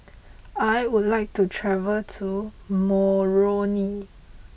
I would like to travel to Moroni